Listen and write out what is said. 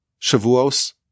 Shavuos